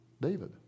David